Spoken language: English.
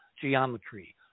geometry